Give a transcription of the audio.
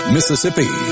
Mississippi